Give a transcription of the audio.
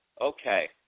Okay